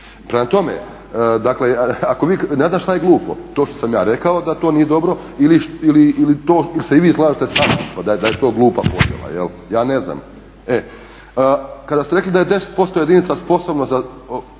Prema tome, ne znam što je glupo, to što sam ja rekao da to nije dobro ili se i vi slažete sa mnom da je to glupa podjela, ja ne znam. Kada ste rekli da je 10% jedinica sposobno za